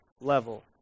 level